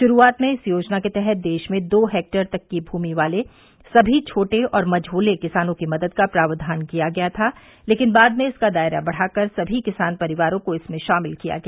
शुरूआत में इस योजना के तहत देश में दो हेक्टेयर तक की भूमि वाले सभी छोटे और मझोले किसानों की मदद का प्रावधान किया गया था लेकिन बाद में इसका दायरा बढ़ाकर सभी किसान परिवारों को इसमें शामिल किया गया